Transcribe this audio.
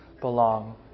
belong